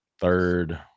third –